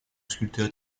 sculpteur